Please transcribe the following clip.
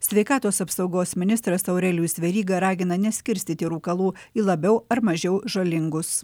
sveikatos apsaugos ministras aurelijus veryga ragina neskirstyti rūkalų į labiau ar mažiau žalingus